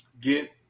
get